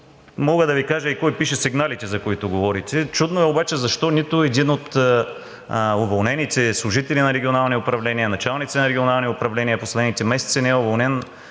Мога да Ви кажа и кой пише сигналите, за които говорите. Чудно е обаче защо нито един от уволнените служители на регионални управления, началници на регионални управления в последните месеци не е уволнен